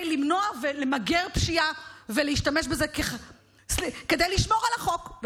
למנוע ולמגר פשיעה ולהשתמש בזה כדי לשמור על החוק.